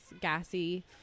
gassy